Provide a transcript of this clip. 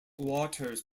waters